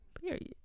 Period